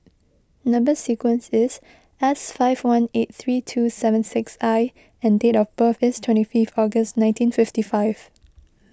Number Sequence is S five one eight three two seven six I and date of birth is twenty five August nineteen fifty five